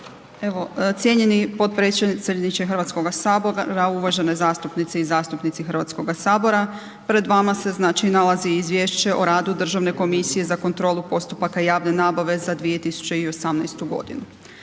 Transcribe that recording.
cijenjeni potpredsjedniče Hrvatskoga sabora, uvažene zastupnice i zastupnici Hrvatskoga sabora pred vama se znači nalazi Izvješće o radu Državne komisije za kontrolu postupaka javne nabave za 2018. godinu.